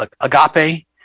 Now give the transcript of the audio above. agape